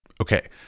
Okay